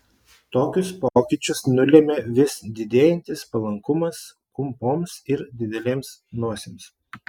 tokius pokyčius nulėmė vis didėjantis palankumas kumpoms ir didelėms nosims